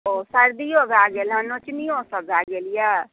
ओ सर्दियो भय गेल हन नोचनियो सभ भय गेल यऽ